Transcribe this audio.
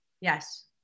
yes